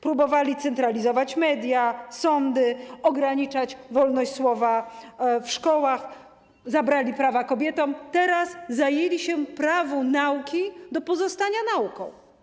Próbowali centralizować media, sądy, ograniczać wolność słowa w szkołach, zabrali prawa kobietom, teraz zajęli się prawem nauki do pozostania nauką.